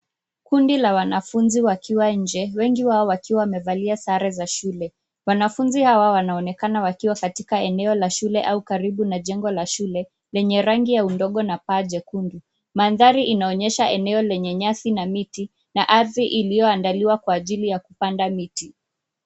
Kundi la wanafunzi wakiwa nje. Wengi wao wakiwa wamevalia sare za shule. Wanafunzi hawa wanaonekana wakiwa katika eneo la shule au karibu na jengo la shule, lenye rangi ya udongo na paa jekundu. Mandhari inaonyesha eneo lenye nyasi na miti na ardhi iliyoandaliwa kwa ajili yakupanda miti.